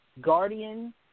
Guardian